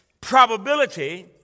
probability